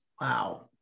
Wow